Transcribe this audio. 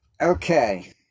Okay